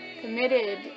committed